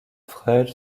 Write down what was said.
freud